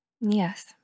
Yes